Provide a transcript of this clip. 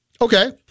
Okay